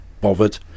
bothered